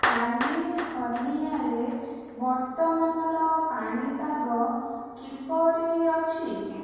କାଲିଫର୍ନିଆରେ ବର୍ତ୍ତମାନର ପାଣିପାଗ କିପରି ଅଛି